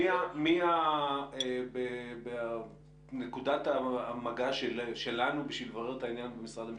מי בנקודת המגע שלנו בשביל לברר את העניין במשרד המשפטים?